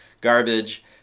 garbage